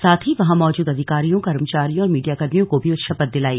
साथ ही वहां मौजूद अधिकारियों कर्मचारियों और मीडियाकर्मियों को भी शपथ दिलाई